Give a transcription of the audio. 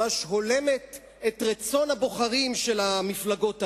ממש הולמת את רצון הבוחרים של המפלגות האלה.